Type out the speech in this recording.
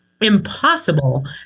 impossible